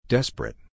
Desperate